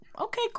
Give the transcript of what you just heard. okay